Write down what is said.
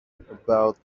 about